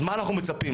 מה אנחנו מצפים?